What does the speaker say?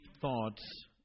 thoughts